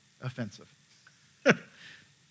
offensive